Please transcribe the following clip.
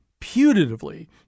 putatively